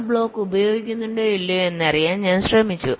ആ ബ്ലോക്ക് ഉപയോഗിക്കുന്നുണ്ടോ ഇല്ലയോ എന്നറിയാൻ ഞാൻ ശ്രമിച്ചു